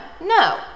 No